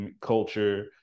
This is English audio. culture